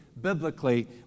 biblically